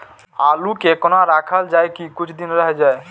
आलू के कोना राखल जाय की कुछ दिन रह जाय?